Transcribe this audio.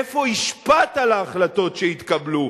איפה השפעת על ההחלטות שהתקבלו?